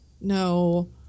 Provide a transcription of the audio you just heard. no